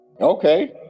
Okay